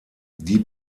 die